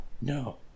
No